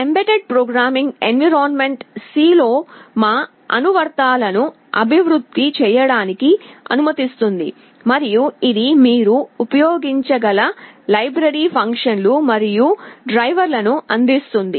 Mbed programming environment C లో మా అనువర్తనాలను అభివృద్ధి చేయడానికి అనుమతిస్తుంది మరియు ఇది మీరు ఉపయోగించగల లైబ్రరీ ఫంక్షన్లు మరియు డ్రైవర్లను అందిస్తుంది